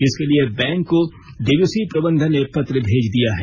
इसके लिए बैंक को डीवीसी प्रबंधन ने पत्र भेज दिया है